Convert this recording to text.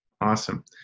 Awesome